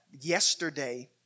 yesterday